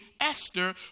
Esther